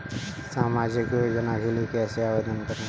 सामाजिक योजना के लिए कैसे आवेदन करें?